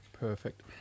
perfect